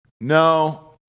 No